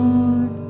Lord